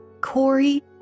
Corey